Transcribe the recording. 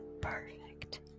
perfect